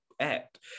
act